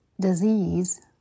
disease